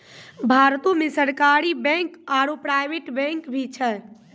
भारतो मे सरकारी बैंक आरो प्राइवेट बैंक भी छै